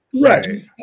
Right